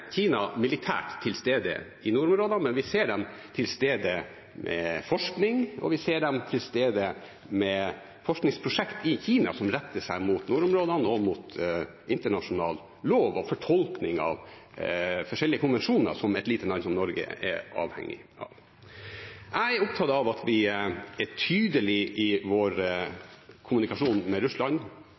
Kina militært til stede i nordområdene, men vi ser dem til stede med forskning, og vi ser dem til stede med forskningsprosjekt i Kina som retter seg mot nordområdene – og mot internasjonal lov og fortolkning av forskjellige konvensjoner som et lite land som Norge er avhengig av. Jeg er opptatt av at vi er tydelige i vår kommunikasjon med Russland